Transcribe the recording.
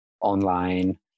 online